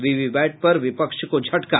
VVPAT पर विपक्ष को झटका